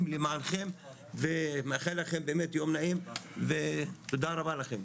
למענכם ומאחל לכם באמת יום נעים ותודה רבה לכם.